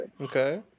Okay